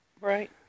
Right